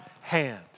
hand